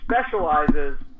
specializes